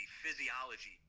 physiology